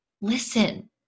listen